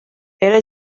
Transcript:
era